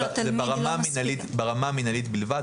לא, לא, זה ברמה המנהלית בלבד.